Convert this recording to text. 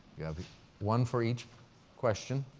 you have one for each question.